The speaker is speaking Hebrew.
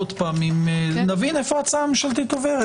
נבין איפה היא עוברת.